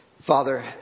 Father